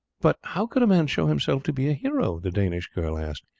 but how could a man show himself to be a hero, the danish girl asked,